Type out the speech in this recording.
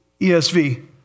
ESV